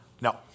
No